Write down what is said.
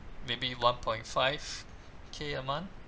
maybe one point five K a month